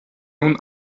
nun